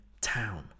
town